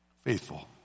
Faithful